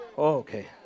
Okay